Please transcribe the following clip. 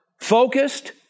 focused